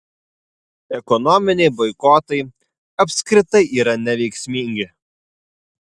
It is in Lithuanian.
ekonominiai boikotai apskritai yra neveiksmingi